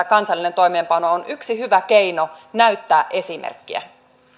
kansallinen toimeenpano on yksi hyvä keino näyttää esimerkkiä